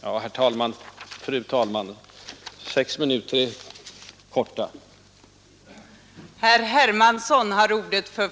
Ja, fru talman, sex minuter är kort tid.